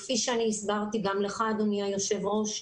כפי שהסברתי גם לך אדוני היושב ראש,